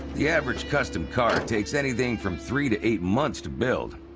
the average custom car takes anything from three to eight months to build.